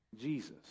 Jesus